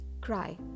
Cry